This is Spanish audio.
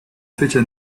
fechas